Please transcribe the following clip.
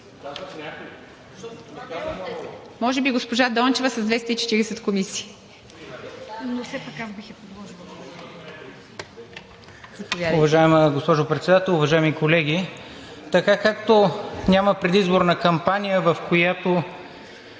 Може би госпожа Дончева с 240 комисии. ПЕТЪР НИКОЛОВ (ГЕРБ-СДС): Уважаема госпожо Председател, уважаеми колеги! Така, както няма предизборна кампания, в която